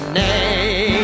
name